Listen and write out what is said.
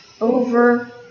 over